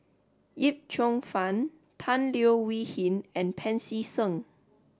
Yip Cheong Fun Tan Leo Wee Hin and Pancy Seng